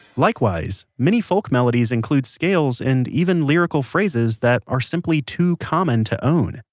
likewise many folk melodies include scales and even lyrical phrases that are simply too common to own.